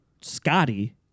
Scotty